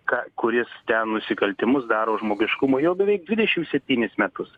ką kuris ten nusikaltimus daro žmogiškumui jau beveik dvidešim septynis metus